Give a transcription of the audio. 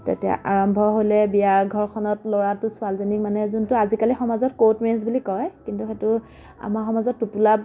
তেতিয়া আৰম্ভ হ'লে বিয়া ঘৰখনত ল'ৰাটো ছোৱালীজনীক মানে যোনটো আজিকালি সমাজত ক'ৰ্ট মেৰেজ বুলি কয় কিন্তু সেইটো আমাৰ সমাজত টোপোলা